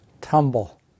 tumble